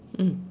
mm